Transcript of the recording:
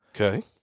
Okay